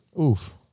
Oof